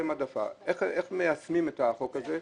איך מיישמים את החוק הזה.